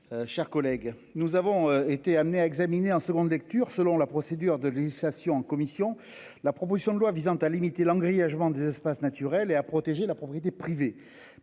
Chers collègues, nous avons été amenés à examiner en seconde lecture selon la procédure de législation en commission la proposition de loi visant à limiter l'grièvement des espaces naturels et à protéger la propriété privée,